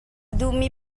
duhmi